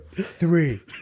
three